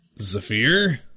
Zafir